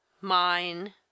mine